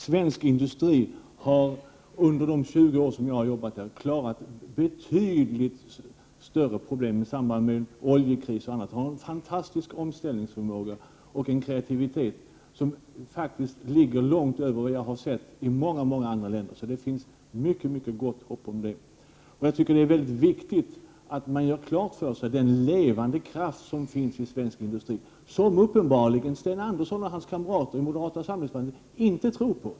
Svensk industri har under de 20 år som jag har arbetat där klarat betydligt större problem, bl.a. i samband med oljekrisen, och har en fantastisk omställningsförmåga och en kreativitet som faktiskt ligger långt över vad jag har sett i många andra länder. Det finns alltså gott hopp. Det är väldigt viktigt att man gör klart för sig den levande kraft som finns i svensk industri, som tydligen Sten Andersson i Malmö och hans kamrater i moderata samlingspartiet inte tror på.